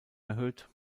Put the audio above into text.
erhöht